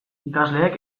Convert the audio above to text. ikasleek